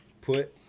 put